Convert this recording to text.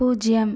பூஜ்ஜியம்